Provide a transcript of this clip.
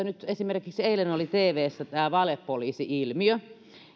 nyt esimerkiksi eilen oli tvssä tämä valepoliisi ilmiö